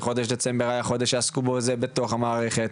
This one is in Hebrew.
וחודש דצמבר היה חודש שבו עסקו בזה בתוך המערכת,